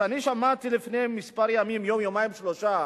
כשאני שמעתי לפני כמה ימים, יום, יומיים, שלושה,